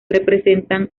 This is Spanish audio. representan